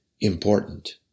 important